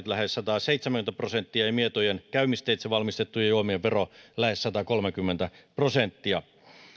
lähes sataseitsemänkymmentä prosenttia ja mietojen käymisteitse valmistettujen juomien vero lähes satakolmekymmentä prosenttia